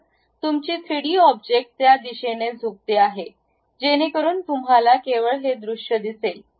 तर तुमची three D object त्या दिशेने झुकते आहे जेणेकरून तुम्हाला केवळ हे दृश्य दिसेल